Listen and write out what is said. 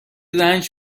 رنج